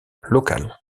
local